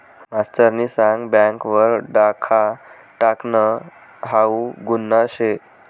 मास्तरनी सांग बँक वर डाखा टाकनं हाऊ गुन्हा शे